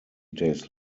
days